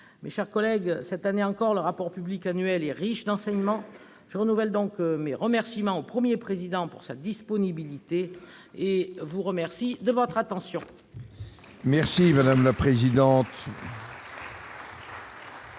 Mes chers collègues, cette année encore, le rapport public annuel de la Cour des comptes est riche d'enseignements. Je renouvelle donc mes remerciements au Premier président pour sa disponibilité et vous remercie de votre attention. La parole est à M. le président